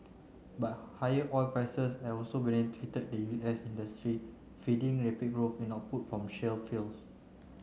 but higher oil prices have also the U S industry feeding rapid growth in output from shale fields